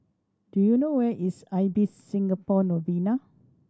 do you know where is Ibis Singapore Novena